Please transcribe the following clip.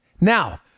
Now